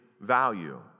value